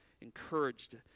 encouraged